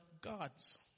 God's